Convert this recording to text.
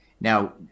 Now